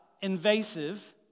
invasive